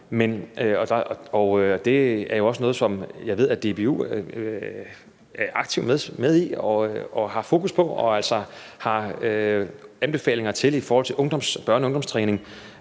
Det er jo også noget, som jeg ved at DBU er aktivt med i og har fokus på og altså har anbefalinger til i forhold til børne- og ungdomstræning.